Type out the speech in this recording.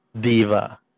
diva